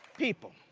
people,